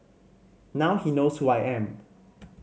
now he knows who I am